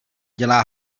dělá